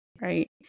right